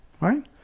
right